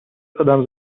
قدم